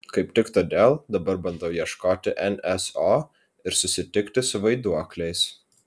kaip tik todėl dabar bandau ieškoti nso ir susitikti su vaiduokliais